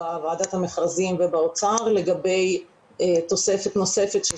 בוועדת המכרזים ובאוצר לגבי תוספת נוספת של